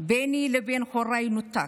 ביני לבין הוריי נותק,